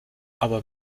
aber